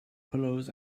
pillows